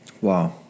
Wow